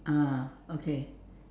ah okay